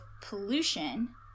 pollution